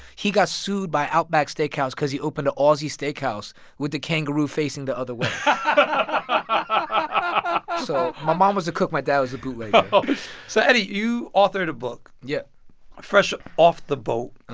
he got sued by outback steakhouse because he opened a aussie steakhouse with the kangaroo facing the other way um so my mom was the cook. my dad was the bootlegger so, eddie, you authored a book yeah fresh off the boat,